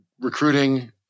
recruiting